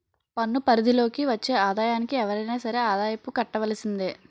పన్ను పరిధి లోకి వచ్చే ఆదాయానికి ఎవరైనా సరే ఆదాయపు కట్టవలసిందే